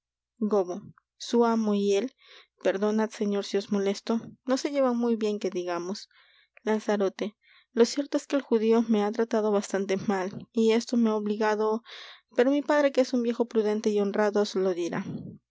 su amo y él perdonad señor si os molesto no se llevan muy bien que digamos lanzarote lo cierto es que el judío me ha tratado bastante mal y esto me ha obligado pero mi padre que es un viejo prudente y honrado os lo dirá